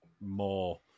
more